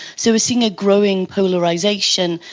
so seeing a growing polarisation,